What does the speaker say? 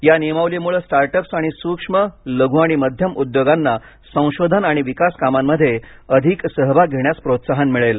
या नियमावलीमुळे start ups आणि सूक्ष्म लघु आणि मध्यम उद्योगांना संशोधन आणि विकास कामांमध्ये अधिक सहभाग घेण्यास प्रोत्साहन मिळेल